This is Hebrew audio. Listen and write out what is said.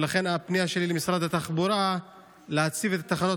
ולכן הפנייה שלי למשרד התחבורה היא להציב את התחנות